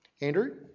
Andrew